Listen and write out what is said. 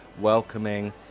welcoming